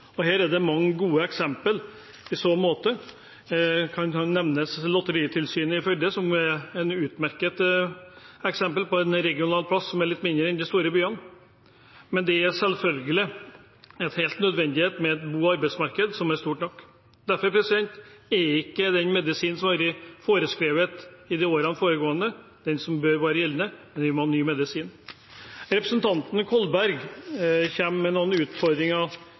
Her er det mange gode eksempler i så måte. Her kan nevnes Lotteritilsynet i Førde, som er et utmerket eksempel på en regional plass som er litt mindre enn de store byene. Men det er selvfølgelig helt nødvendig med et bo- og arbeidsmarked som er stort nok, derfor er ikke den medisinen som har vært foreskrevet de foregående årene, den som bør være gjeldende. Vi må ha ny medisin. Representanten Kolberg kommer med noen utfordringer